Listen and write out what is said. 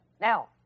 Now